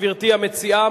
גברתי המציעה,